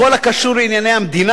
בכל הקשור לענייני המדינה,